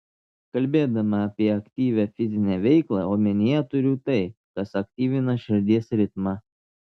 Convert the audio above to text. kalbėdama apie aktyvią fizinę veiklą omenyje turiu tai kas aktyvina širdies ritmą